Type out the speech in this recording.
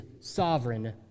sovereign